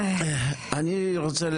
אני רוצה,